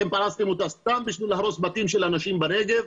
אתם פרסתם אותה סתם כדי להרוס בתים של אנשים בנגב,